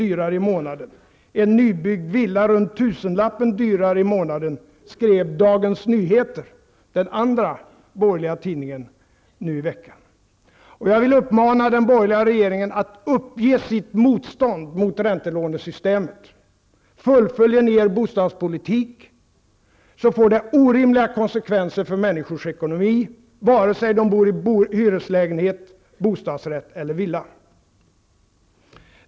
dyrare i månaden och en nybyggd villa runt tusenlappen dyrare i månaden, skrev Dagens Nyheter -- den andra borgerliga tidningen -- nu i veckan. Jag vill uppmana den borgerliga regeringen att uppge sitt motstånd mot räntelånesystemet. Fullföljer ni er bostadspolitik får det orimliga konsekvenser för människors ekonomi, vare sig de bor i hyreslägenhet, bostadsrätt eller villa.